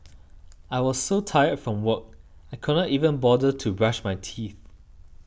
I was so tired from work I could not even bother to brush my teeth